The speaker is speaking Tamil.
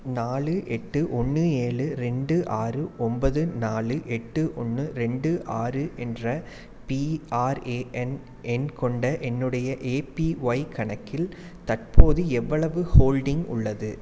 நாலு எட்டு ஒன்று ஏழு ரெண்டு ஆறு ஒன்பது நாலு எட்டு ஒன்று ரெண்டு ஆறு என்ற பிஆர்ஏஎன் எண் கொண்ட என்னுடைய ஏபிஒய் கணக்கில் தற்போது எவ்வளவு ஹோல்டிங் உள்ளது